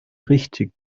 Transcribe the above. richtig